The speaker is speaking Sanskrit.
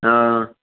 हा